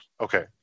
Okay